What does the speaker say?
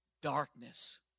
darkness